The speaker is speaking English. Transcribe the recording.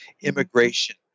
immigration